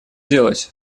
делать